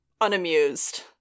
unamused